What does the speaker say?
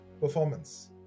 performance